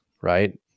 right